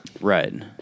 Right